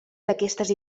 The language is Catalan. d’aquestes